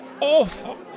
awful